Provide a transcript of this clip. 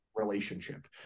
relationship